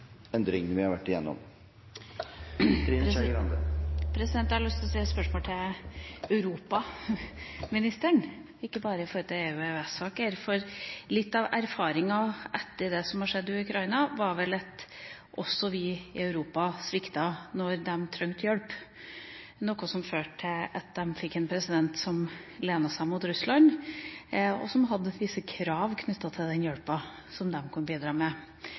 endringene vi har vært igjennom. Jeg har lyst til å stille et spørsmål til europaministeren, ikke bare fordi det er om EU- og EØS-saker. Litt av erfaringen etter det som er skjedd i Ukraina, var vel at også vi i Europa sviktet da de trengte hjelp der, noe som førte til at de fikk en president som lenet seg mot Russland, og som hadde visse krav knyttet til den hjelpen som de kunne bidra med.